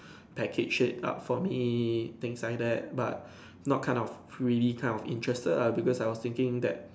package it up for me things like that but not kind of really kind of interested lah because I was thinking that